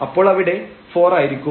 അപ്പോൾ അവിടെ 4 ആയിരിക്കും